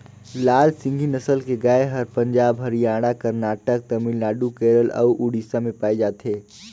लाल सिंघी नसल के गाय हर पंजाब, हरियाणा, करनाटक, तमिलनाडु, केरल अउ उड़ीसा में पाए जाथे